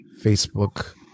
Facebook